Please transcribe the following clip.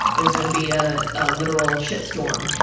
it was going to be a ah literal shitstorm.